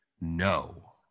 No